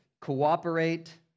cooperate